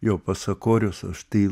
jo pasakorius aš tai